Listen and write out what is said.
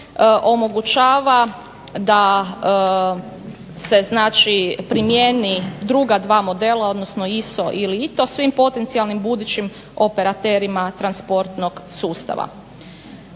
omogućava da se znači primjeni druga dva modela, odnosno ISO ili ITO svim potencijalnim budućim operaterima transportnog sustava.